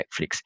Netflix